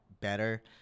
better